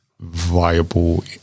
Viable